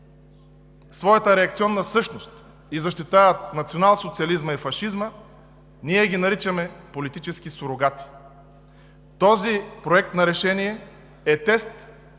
своята реакционна същност и защитават националсоциализма и фашизма, ние ги наричаме „политически сурогати“. Този Проект на решение е тест